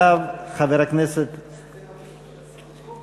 המליאה.) חבר הכנסת מסעוד גנאים, בבקשה, אדוני.